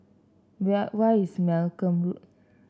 where is Malcolm Road